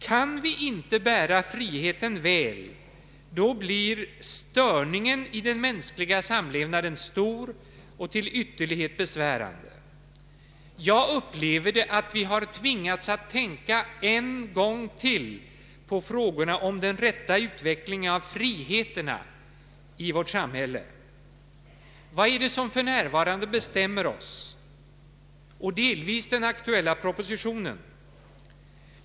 Kan vi inte bära friheten väl, då blir störningen i den mänskliga samlevnaden stor och till ytterlighet besvärande. Jag upplever det så att vi har tvingats att tänka en gång till på frågorna om den rätta utvecklingen av friheterna i vårt samhälle. Vad är det som för närvarande bestämmer oss och delvis den aktuella propositionen?